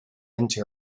into